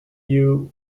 you